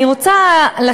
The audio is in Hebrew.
אני שמחה שהשרה הצטרפה אלינו.